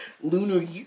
Lunar